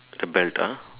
abelian